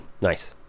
Nice